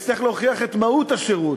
והיא תצטרך להוכיח את מהות השירות,